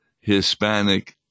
Hispanic